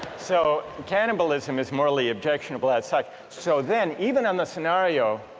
so cannibalism is morally objectionable outside so then even in the scenario